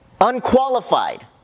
unqualified